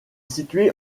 située